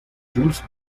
jules